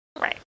Right